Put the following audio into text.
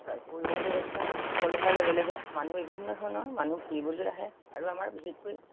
পৰিৱহন ব্যৱস্থা সুচল হোৱাৰ লগে লগে মানুহে বিভিন্ন ধৰণৰ মানুহ ফুৰিবলৈ আহে আৰু আমাৰ বিশেষকৈ